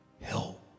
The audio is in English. help